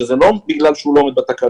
וזה לא בגלל שהוא לא עומד בתקנות